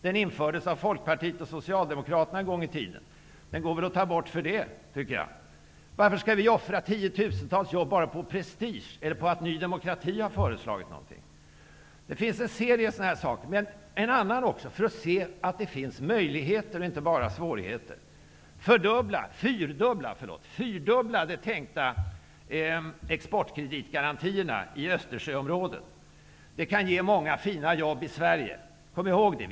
Den infördes av Folkpartiet och Socialdemokraterna en gång i tiden, men det går väl att ta bort den ändå. Varför skall vi offra tiotusentals jobb bara av prestige eller därför att Ny demokrati har föreslagit någonting? Det finns en serie sådana här saker, som visar att det finns möjligheter och inte bara svårigheter. Östersjöområdet! Det kan ge många fina jobb i Sverige. Kom ihåg det!